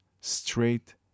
straight